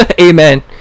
amen